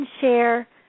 share